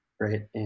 right